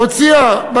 הוציאה,